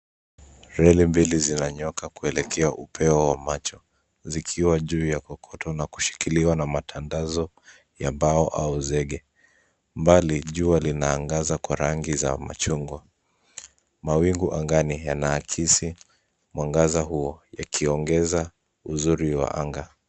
Reli mbili zinanyooka kuelekea upeo wa macho zikiwa juu ya kokoto na kushikiliwa na matandazo ya mbao au zege. Mbali, jua linaangaza kwa rangi za machungwa. Mawingu angani yanaakisi mwangaza huo yakiongeza uzuri wa anga.